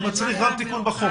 זה מצריך תיקון בחוק.